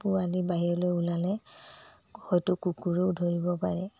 পোৱালি বাহিৰলৈ ওলালে হয়টো কুকুৰেও ধৰিব পাৰে